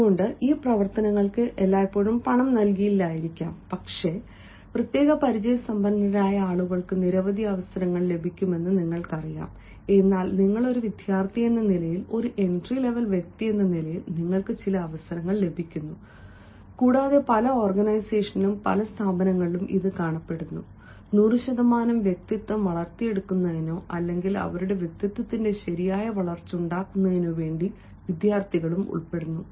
ഇപ്പോൾ ഈ പ്രവർത്തനങ്ങൾക്ക് എല്ലായ്പ്പോഴും പണം നൽകില്ലായിരിക്കാം പ്രത്യേക പരിചയസമ്പന്നരായ ആളുകൾക്ക് നിരവധി അവസരങ്ങൾ ലഭിക്കുമെന്ന് നിങ്ങൾക്കറിയാം എന്നാൽ നിങ്ങൾ ഒരു വിദ്യാർത്ഥിയെന്ന നിലയിൽ ഒരു എൻട്രി ലെവൽ വ്യക്തിയെന്ന നിലയിൽ നിങ്ങൾക്ക് ചില അവസരങ്ങൾ ലഭിക്കുന്നു കൂടാതെ പല ഓർഗനൈസേഷനുകളിലും പല സ്ഥാപനങ്ങളിലും ഇത് കാണപ്പെടുന്നു 100 ശതമാനം വ്യക്തിത്വം വളർത്തിയെടുക്കുന്നതിനോ അല്ലെങ്കിൽ അവരുടെ വ്യക്തിത്വത്തിന്റെ ശരിയായ വളർച്ച ഉണ്ടാക്കുന്നതിനോ വേണ്ടി വിദ്യാർത്ഥികളും ഉൾപ്പെടുന്നു